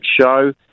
show